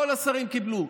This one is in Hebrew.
כל השרים קיבלו.